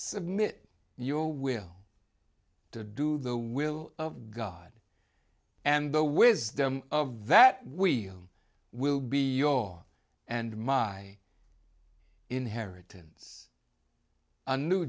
submit your will to do the will of god and the wisdom of that we will be your and my inheritance a new